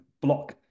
block